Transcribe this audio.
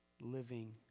living